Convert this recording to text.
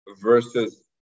versus